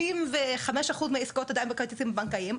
75% מעסקות עדיין בכרטיסים הבנקאיים,